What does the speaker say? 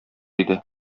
иде